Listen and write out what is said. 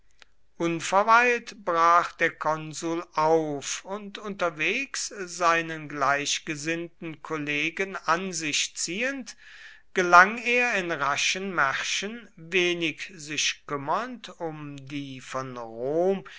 unverweilt brach der konsul auf und unterwegs seinen gleichgesinnten kollegen an sich ziehend gelang er in raschen märschen wenig sich kümmernd um die von rom